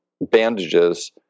bandages